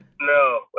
No